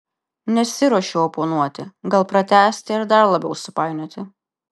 nesiruošiu oponuoti gal pratęsti ar dar labiau supainioti